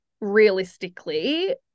realistically